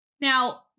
Now